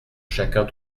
chacun